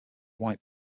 white